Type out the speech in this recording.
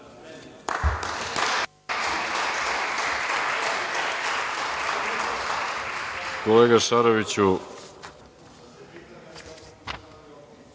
Kolega Šaroviću,